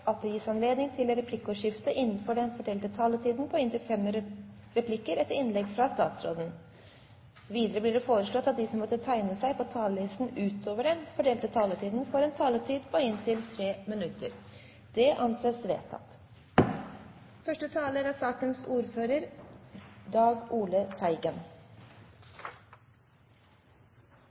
at det gis anledning til replikkordskifte på inntil fem replikker med svar etter innlegget fra statsråden innenfor den fordelte taletid. Videre blir det foreslått at de som måtte tegne seg på talerlisten utover den fordelte taletid, får en taletid på inntil 3 minutter. – Det anses vedtatt. Forslaget fra Kristelig Folkepartis representanter er